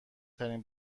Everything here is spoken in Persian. ترین